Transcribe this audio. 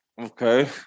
Okay